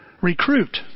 recruit